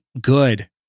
good